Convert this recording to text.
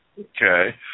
Okay